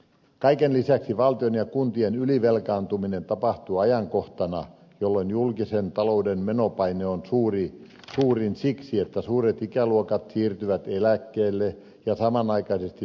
kaiken lisäksi valtion ja kuntien ylivelkaantuminen tapahtuu ajankohtana jolloin julkisen talouden menopaine on suurin siksi että suuret ikäluokat siirtyvät eläkkeelle ja samanaikaisesti työvoima vähenee